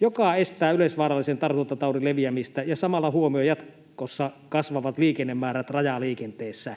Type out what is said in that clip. joka estää yleisvaarallisen tartuntataudin leviämistä ja samalla huomioi jatkossa kasvavat liikennemäärät rajaliikenteessä.